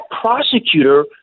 prosecutor